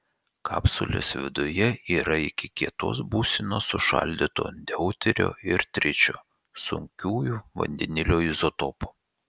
kapsulės viduje yra iki kietos būsenos sušaldyto deuterio ir tričio sunkiųjų vandenilio izotopų